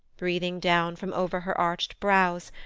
breathing down from over her arched brows,